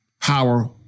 Power